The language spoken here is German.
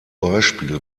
beispiel